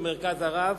ב"מרכז הרב",